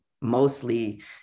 mostly